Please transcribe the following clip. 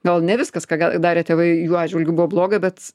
gal ne viskas ką darė tėvai jų atžvilgiu buvo bloga bet